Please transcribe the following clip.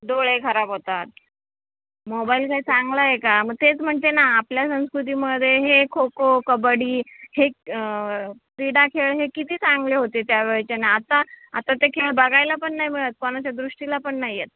डोळे खराब होतात मोबाईल काय चांगला आहे का मग तेच म्हणते ना आपल्या संस्कृतीमध्ये हे खोखो कबड्डी हे क्रीडा खेळ हे किती चांगले होते त्या वेळचे आणि आता आता ते खेळ बघायला पण नाही मिळत कोणाच्या दृष्टीला पण नाही येत